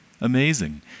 amazing